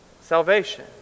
salvation